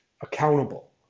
accountable